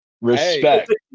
Respect